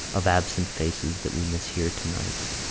of absent faces that we miss here tonight.